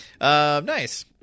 nice